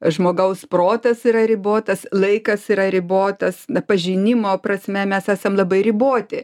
žmogaus protas yra ribotas laikas yra ribotas bet pažinimo prasme mes esam labai riboti